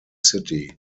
city